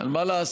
אבל מה לעשות,